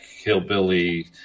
hillbilly